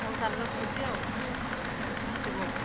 ହଉ ତା'ହେଲେ ରଖୁଛି ଆଉ ପହରି ଦିନ ଆସିବ